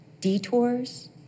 detours